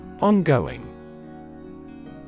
Ongoing